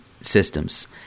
systems